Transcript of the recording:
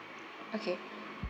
okay